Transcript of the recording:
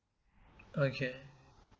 okay